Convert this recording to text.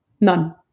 none